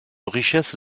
richesse